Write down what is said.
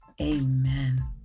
Amen